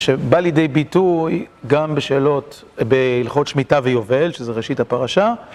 שבא לידי ביטוי גם בשאלות, בהלכות שמיטה ויובל, שזה ראשית הפרשה.